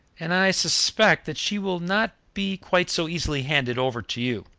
and i suspect that she will not be quite so easily handed over to you.